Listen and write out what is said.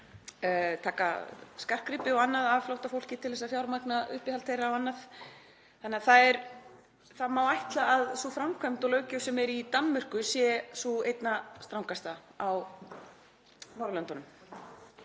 taka skartgripi og annað af flóttafólki til að fjármagna uppihald þeirra og annað þannig að það má ætla að sú framkvæmd og löggjöf sem er í Danmörku sé ein sú strangasta á Norðurlöndunum.